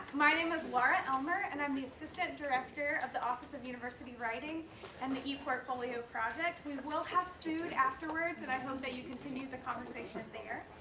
my name is laura elmer and i am the assistant director of the office of university writing and the eportfolio project. we will have food afterwards and i hope that you continue the conversation there.